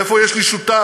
איפה יש לי שותף,